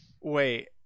Wait